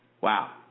Wow